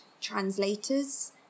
translators